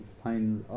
final